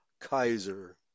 Kaiser